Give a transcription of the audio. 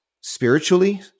spiritually